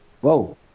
Whoa